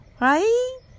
right